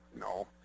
no